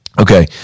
okay